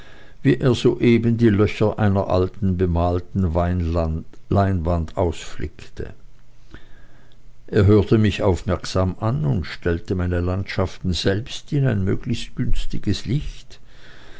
wie er eben die löcher einer alten bemalten leinwand ausflickte er hörte mich aufmerksam an und stellte meine landschaften selbst in ein möglichst günstiges licht